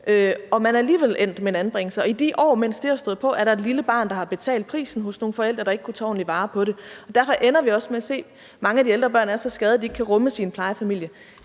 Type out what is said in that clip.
og man er alligevel endt med en anbringelse, og i de år, mens det har stået på, er der et lille barn, der har betalt prisen hos nogle forældre, der ikke kunne tage ordentligt vare på det. Derfor ender vi også med at se, at mange af de ældre børn er så skadede, at de ikke kan rummes i en plejefamilie.